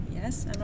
Yes